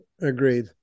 Agreed